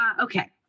okay